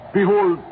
Behold